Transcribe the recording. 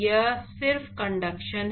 यह सिर्फ कंडक्शन है